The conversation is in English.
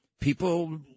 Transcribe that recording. people